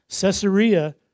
Caesarea